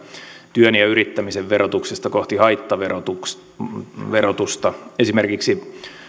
työn ja yrittämisen verotuksesta kohti haittaverotusta esimerkiksi